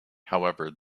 however